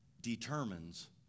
determines